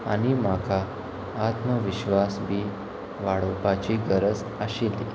आनी म्हाका आत्मविश्वास बी वाडोवपाची गरज आशिल्ली